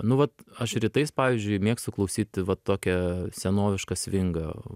nu vat aš rytais pavyzdžiui mėgstu klausyti va tokią senovišką svingą